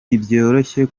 ntibyoroshye